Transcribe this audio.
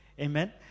Amen